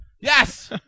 Yes